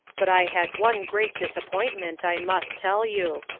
but i had one great disappointment, i must tell you.